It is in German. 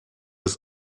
ist